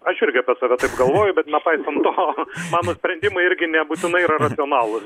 aš irgi apie save taip galvoju bet nepaisant to mano sprendimai irgi nebūtinai yra racionalūs